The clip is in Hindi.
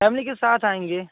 फ़ैमली के साथ आएँगे